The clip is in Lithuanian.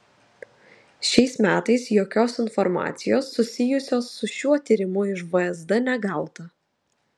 šiais metais jokios informacijos susijusios su šiuo tyrimu iš vsd negauta